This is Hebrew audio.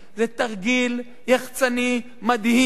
זה תרגיל יחצני מדהים.